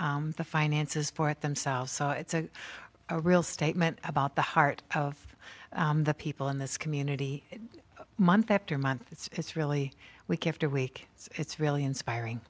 the finances for it themselves it's a real statement about the heart of the people in this community month after month it's really week after week it's really inspiring